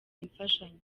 imfashanyo